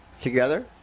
Together